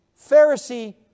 Pharisee